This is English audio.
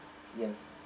yes